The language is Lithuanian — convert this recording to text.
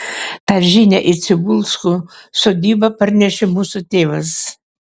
tą žinią į cibulskų sodybą parnešė mūsų tėvas